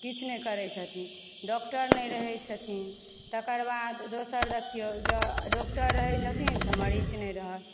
किछु नहि करैत छथिन डॉक्टर नहि रहय छथिन तकर बाद दोसर देखियहुँ जँ डॉक्टर रहय छथिन तऽ मरीज नहि रहल